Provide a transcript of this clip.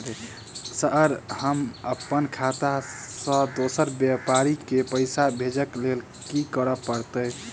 Sir हम अप्पन खाता सऽ दोसर व्यापारी केँ पैसा भेजक लेल की करऽ पड़तै?